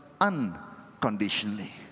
unconditionally